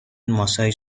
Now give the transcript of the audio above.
ماساژ